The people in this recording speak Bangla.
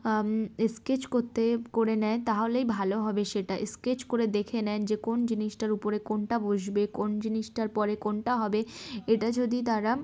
স্কেচ করতে করে নেয় তাহলেই ভালো হবে সেটা স্কেচ করে দেখে নেন যে কোন জিনিসটার উপরে কোনটা বসবে কোন জিনিসটার পরে কোনটা হবে এটা যদি তারা